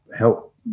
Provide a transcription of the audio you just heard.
help